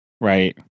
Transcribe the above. right